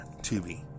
Tubi